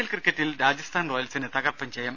L ക്രിക്കറ്റിൽ രാജസ്ഥാൻ റോയൽസിന് തകർപ്പൻജയം